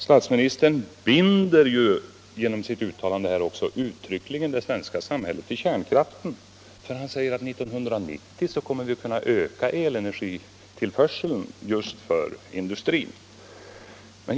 Statsministern binder genom sitt uttalande uttryckligen det svenska samhället vid kärnkraften, när han säger att vi 1990 kommer att kunna öka elenergitillförseln just för industrin.